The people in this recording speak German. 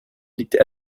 liegt